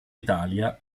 italia